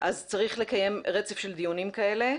אז צריך לקיים רצף של דיונים כאלה.